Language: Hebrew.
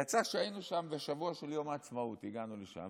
יצא שהיינו שם בשבוע של יום העצמאות, הגענו לשם.